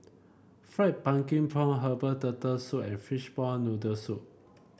fried pumpkin prawn Herbal Turtle Soup and Fishball Noodle Soup